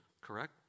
correct